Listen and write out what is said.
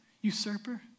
Usurper